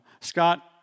Scott